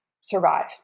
survive